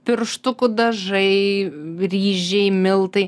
pirštukų dažai ryžiai miltai